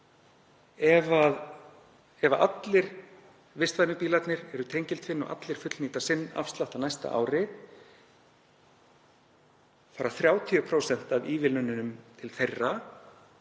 Ef allir vistvænu bílarnir eru tengiltvinnbílar og allir fullnýta sinn afslátt á næsta ári fara 30% af ívilnunum til þeirra,